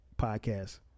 podcast